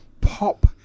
pop